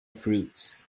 fruits